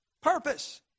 purpose